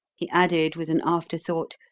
he added with an afterthought,